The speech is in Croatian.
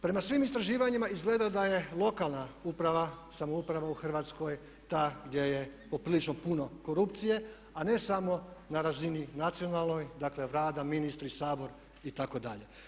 Prema svim istraživanjima izgleda da je lokalna uprava, samouprava u Hrvatskoj ta gdje je poprilično puno korupcije a ne samo na razini nacionalnoj dakle rada, ministri, Sabor itd.